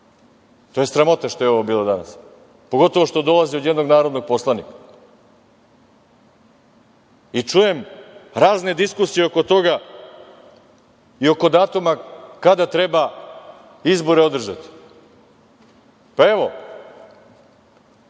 To je sramota što je ovo bilo danas. Pogotovo što dolazi od jednog narodnog poslanika. Čujem razne diskusije oko toga i oko datuma kada treba izbore održati. Evo,